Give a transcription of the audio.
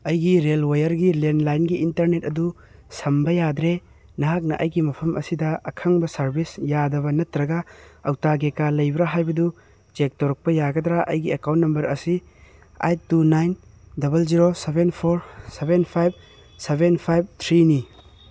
ꯑꯩꯒꯤ ꯔꯦꯜ ꯋꯌꯔꯒꯤ ꯂꯦꯟꯂꯥꯏꯟꯒꯤ ꯏꯟꯇꯔꯅꯦꯠ ꯑꯗꯨ ꯁꯝꯕ ꯌꯥꯗ꯭ꯔꯦ ꯅꯍꯥꯛꯅ ꯑꯩꯒꯤ ꯃꯐꯝ ꯑꯁꯤꯗ ꯑꯈꯪꯕ ꯁꯥꯔꯕꯤꯁ ꯌꯥꯗꯕ ꯅꯠꯇ꯭ꯔꯒ ꯑꯣꯛꯇꯥꯒꯦꯀꯥ ꯂꯩꯕ꯭ꯔꯥ ꯍꯥꯏꯕꯗꯨ ꯆꯦꯛ ꯇꯧꯔꯛꯄ ꯌꯥꯒꯗ꯭ꯔ ꯑꯩꯒꯤ ꯑꯦꯀꯥꯎꯟ ꯅꯝꯕꯔ ꯑꯁꯤ eight two nine double zero seven four seven five seven five ꯊ꯭ꯔꯤꯅꯤ